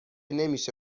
نمیشه